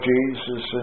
Jesus